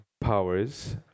powers